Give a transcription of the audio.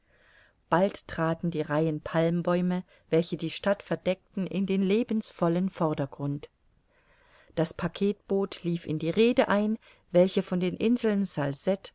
bald traten die reihen palmbäume welche die stadt verdecken in den lebensvollen vordergrund das packetboot lief in die rhede ein welche von den inseln